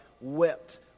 wept